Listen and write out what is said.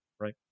right